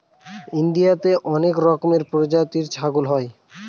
ইন্ডিয়াতে অনেক রকমের প্রজাতির ছাগল হয়